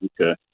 okay